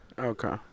Okay